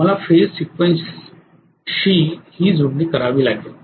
मला फेझं सिक्वेन्सशी ही जुळणी करावी लागेल